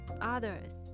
others